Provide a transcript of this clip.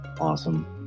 awesome